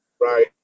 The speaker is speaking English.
Right